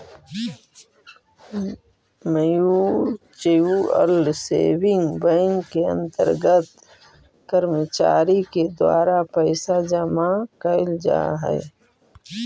mutual saving bank के अंतर्गत कर्मचारी के द्वारा पैसा जमा कैल जा हइ